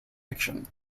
fiction